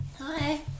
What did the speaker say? Hi